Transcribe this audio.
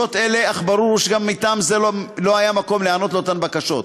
בנסיבות אלה אך ברור הוא שגם מטעם זה לא היה מקום להיענות לאותן בקשות.